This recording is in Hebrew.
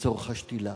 לצורך השתילה.